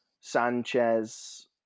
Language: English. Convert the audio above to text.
Sanchez